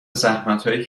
زحمتایی